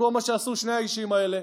במקום מה שעשו שני האישים האלה?